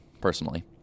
personally